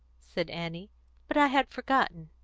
said annie but i had forgotten.